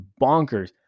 bonkers